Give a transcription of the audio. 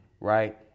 right